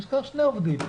הוא ישכור שני עובדים.